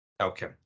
Okay